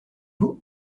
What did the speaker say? vous